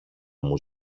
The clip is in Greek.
μου